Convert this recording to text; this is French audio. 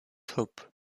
hope